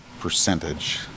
percentage